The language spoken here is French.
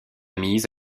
mise